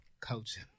Culture